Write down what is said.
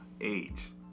age